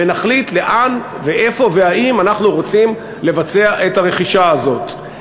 ונחליט לאן ואיפה והאם אנחנו רוצים לבצע את הרכישה הזאת.